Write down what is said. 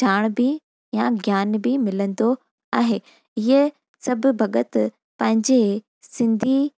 ॼाण बि या ज्ञान बि मिलंदो आहे इहे सभु भॻत पंहिंजे सिंधी